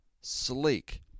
sleek